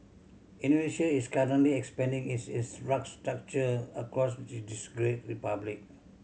Indonesia is currently expanding its infrastructure across this great republic